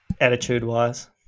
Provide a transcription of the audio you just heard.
attitude-wise